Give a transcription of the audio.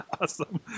Awesome